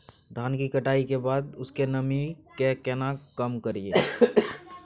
धान की कटाई के बाद उसके नमी के केना कम करियै?